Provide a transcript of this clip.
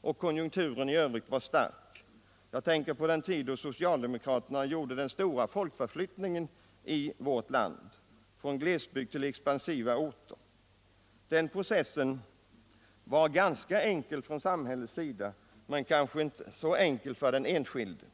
och konjunkturen i övrigt var stark. Jag tänker på den tid då socialdemokraterna genomförde den stora folkförflyttningen i vårt land, från glesbygd till expansiva orter. Den processen var ganska enkel att genomföra från samhällets sida, men kanske inte så enkel för den enskilde.